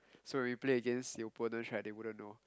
so we play against the opponents right they wouldn't know